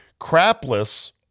Crapless